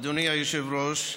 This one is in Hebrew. אדוני היושב-ראש,